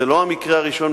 זה לא המקרה הראשון.